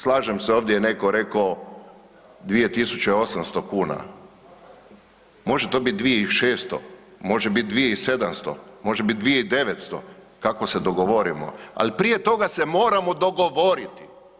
Slažem se, ovdje je tko rekao, 2800 kn, može to bit i 2600, može bit 2700, može bit 2900, kako se dogovorimo ali prije toga se moramo dogovoriti.